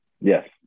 Yes